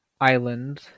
island